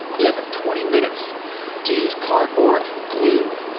you guys have twenty minutes to use cardboard, glue,